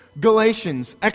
Galatians